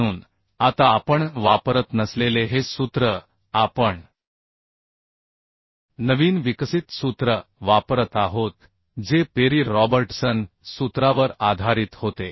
म्हणून आता आपण वापरत नसलेले हे सूत्र आपण नवीन विकसित सूत्र वापरत आहोत जे पेरी रॉबर्टसन सूत्रावर आधारित होते